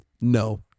No